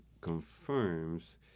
confirms